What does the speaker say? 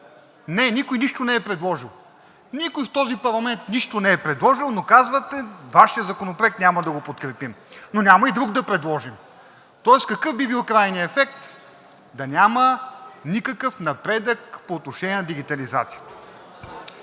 Не, никой нищо не е предложил. Никой в този парламент нищо не е предложил, но казвате: Вашият законопроект няма да го подкрепим, но няма и друг да предложим, тоест какъв би бил крайният ефект – да няма никакъв напредък по отношение на дигитализацията,